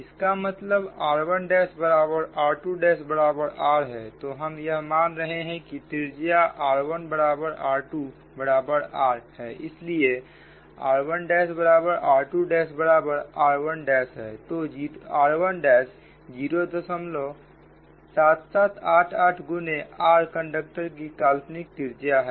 इसका मतलब r1 बराबर r2 बराबर rहै तो हम यह मान रहे हैं कि त्रिज्या r1 बराबर r2 बराबर r है इसलिए r1 बराबर r2 बराबर rहै तो r 07788 गुने r कंडक्टर की काल्पनिक त्रिज्या है